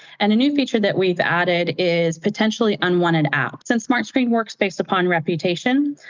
and a new feature that we've added is potentially unwanted app. since smartscreen works based upon reputation,